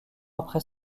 après